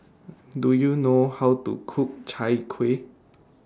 Do YOU know How to Cook Chai Kueh